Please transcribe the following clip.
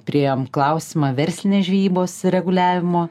priėjom klausimą verslinės žvejybos reguliavimo